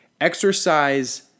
Exercise